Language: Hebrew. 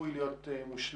אמורים להיות מושלמים.